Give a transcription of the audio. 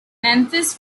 memphis